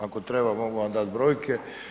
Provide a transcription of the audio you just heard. Ako treba, mogu vam dati brojke.